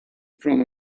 front